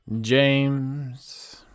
James